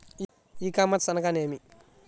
ఈ కామర్స్ అనగా నేమి?